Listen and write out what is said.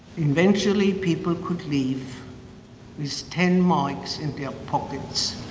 eventually people could leave with ten marks in their pocket.